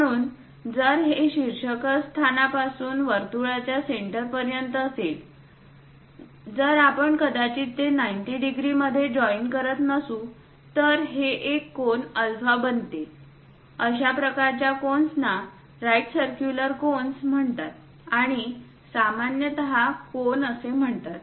म्हणून जर हे शीर्षस्थानापासून वर्तुळाच्या सेंटर पर्यंत असेल जर आपण कदाचित ते 90 डिग्री मध्ये जॉईन करत नसूतर हे एक कोन अल्फा बनवते अशा प्रकारच्या कोन्सना राईट सर्क्युलर कोन्स म्हणतात आणि त्यास सामान्यतः कोन असे म्हणतात